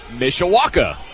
Mishawaka